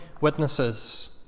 witnesses